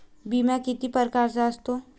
बिमा किती परकारचा असतो?